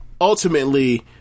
Ultimately